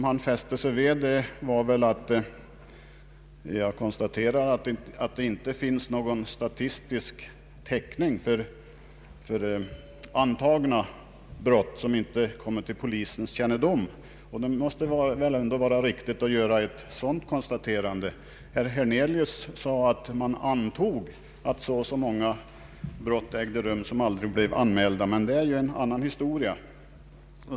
Han fäste sig vid att jag konstaterade att det inte finns någon statistisk täckning för antalet förmodade brott som inte kommit till poli sens kännedom. Det måste väl ändå vara riktigt att göra ett sådant konstaterande. Herr Hernelius sade att man antog att det var så och så många brott som begicks och som aldrig blev anmälda. Det är ju en annan historia.